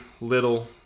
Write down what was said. little